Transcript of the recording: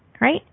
right